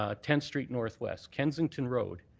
ah tenth street northwest, kensington road,